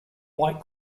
white